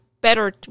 better